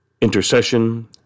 intercession